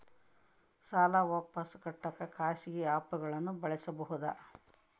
ಸಾಲ ವಾಪಸ್ ಕಟ್ಟಕ ಖಾಸಗಿ ಆ್ಯಪ್ ಗಳನ್ನ ಬಳಸಬಹದಾ?